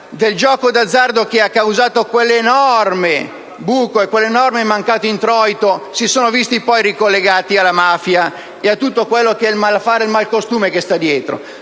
del gioco d'azzardo, che ha causato quell'enorme buco e quell'enorme mancato introito, si sono visti poi ricollegati alla mafia e a tutto quello che è il malaffare e al malcostume che vi stanno dietro.